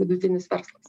vidutinis verslas